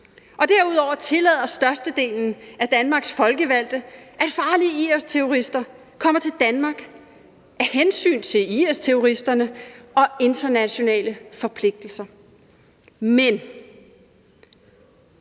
Derudover tillader størstedelen af Danmarks folkevalgte, at farlige IS-terrorister kommer til Danmark af hensyn til IS-terroristerne og internationale forpligtelser. Men